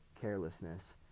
carelessness